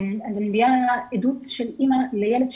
אני מביאה עדות של אימא לילד,